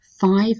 five